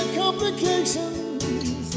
complications